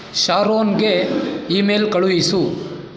ಶಾರೋನ್ಗೆ email ಕಳುಹಿಸು